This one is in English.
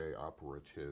operative